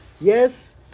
Yes